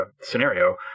scenario